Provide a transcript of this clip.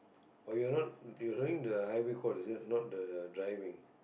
oh you're not you're learning the highway code is it not the driving